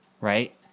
right